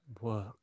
work